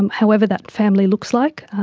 and however that family looks like,